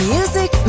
Music